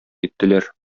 киттеләр